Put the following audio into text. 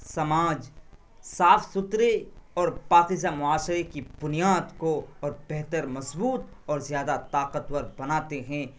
سماج صاف ستھرے اور پاکیزہ معاشرے کی بنیاد کو اور بہتر مضبوط اور زیادہ طاقتور بناتے ہیں